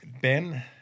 Ben